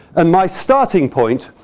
and my starting point.